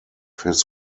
his